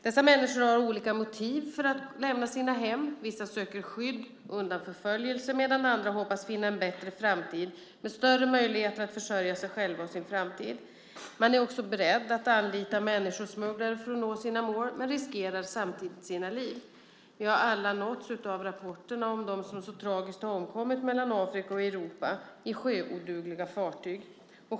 Dessa människor har olika motiv för att lämna sina hem, vissa söker skydd undan förföljelse, medan andra hoppas finna en bättre framtid med större möjligheter att försörja sig själva och sin familj. Man är beredd att anlita människosmugglare för att nå sitt mål, men riskerar samtidigt sitt liv. Vi har alla nåtts av rapporterna om dem som så tragiskt omkommit mellan Afrika och Europa i sjöodugliga fartyg.